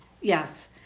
Yes